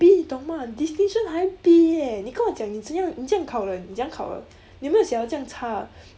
B 你懂吗 distinction 还 B eh 你跟我讲你怎样你怎样考的你怎样考的你有没有想过酱差